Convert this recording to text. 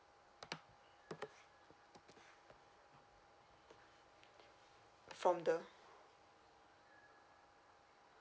from the